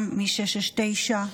גם מ-669,